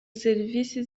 serivisi